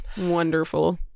Wonderful